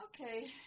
Okay